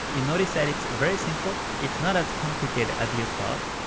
you notice that it's very simple, it's not as complicated as you thought.